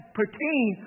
pertain